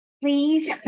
please